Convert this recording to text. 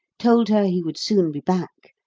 told her he would soon be back,